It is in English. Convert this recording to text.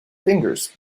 fingers